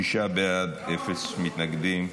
שישה בעד, אפס מתנגדים,